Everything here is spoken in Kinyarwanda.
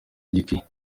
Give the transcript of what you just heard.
gikwiriye